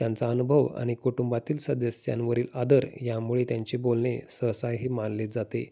त्यांचा अनुभव आणि कुटुंबातील सदस्यांवरील आदर यामुळे त्यांचे बोलने सहसा हे मानलेच जाते